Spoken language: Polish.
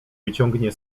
wyciągnie